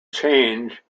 change